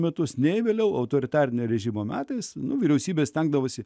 metus nei vėliau autoritarinio režimo metais nuo vyriausybės stengdavosi